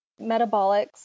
metabolics